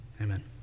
amen